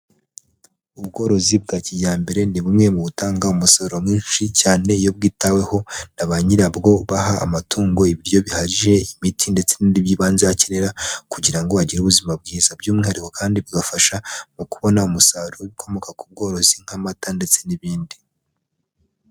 Ubworozi bwa kijyambere, ni bumwe mu butanga umusaruro mwinshi cyane, iyo bwitaweho na ba nyirabwo baha amatungo ibiryo bihagije imiti ndetse n'ibindi by'ibanze akenera kugira ngo agire ubuzima bwiza, by'umwihariko kandi bugafasha mu kubona umusaruro w'ibikomoka ku bworozi nk'amata ndetse n'ibindi.